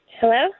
Hello